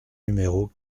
numéro